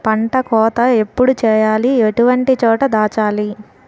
పంట కోత ఎప్పుడు చేయాలి? ఎటువంటి చోట దాచాలి?